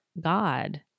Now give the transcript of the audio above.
god